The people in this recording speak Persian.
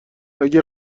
اگه